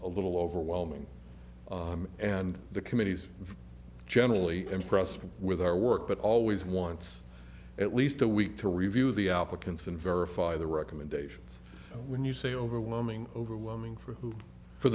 a little overwhelming and the committees generally impressed with our work but always wants at least a week to review the applicants and verify the recommendations when you say overwhelming overwhelming for who for